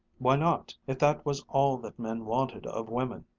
why not, if that was all that men wanted of women?